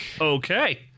Okay